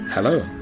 Hello